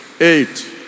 Eight